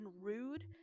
rude